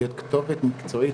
להיות כתובת מקצועית,